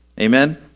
Amen